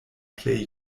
plej